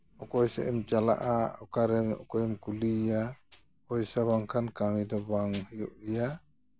ᱚᱠᱚᱭ ᱥᱮᱜ ᱮᱢ ᱪᱟᱞᱟᱜᱼᱟ ᱚᱠᱟᱨᱮ ᱚᱠᱚᱭᱮᱢ ᱠᱩᱞᱤᱭᱮᱭᱟ ᱯᱚᱭᱥᱟ ᱵᱟᱝᱠᱷᱟᱱ ᱠᱟᱹᱢᱤ ᱫᱚ ᱵᱟᱝ ᱦᱩᱭᱩᱜ ᱜᱮᱭᱟ